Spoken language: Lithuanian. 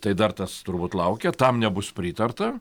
tai dar tas turbūt laukia tam nebus pritarta